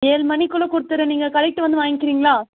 ஏழு மணிக்குள்ளே கொடுத்துர்றேன் நீங்கள் கடைக்கிட்டே வந்து வாங்கிக்கிறீங்களா